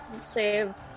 save